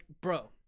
bro